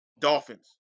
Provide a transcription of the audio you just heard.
Dolphins